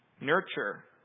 nurture